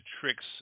tricks